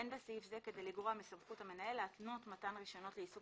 אין בסעיף זה כדי לגרוע מסמכות המנהל להתנות מתן רישיונות לעיסוק